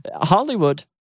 Hollywood